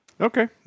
Okay